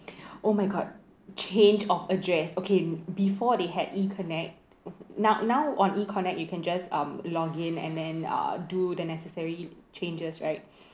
oh my god change of address okay before they had E-connect now now on E-connect you can just um login and then uh do the necessary changes right